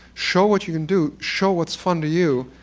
show what you can do. show what's fun to you.